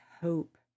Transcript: hope